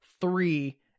three